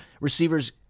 receivers